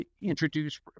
introduce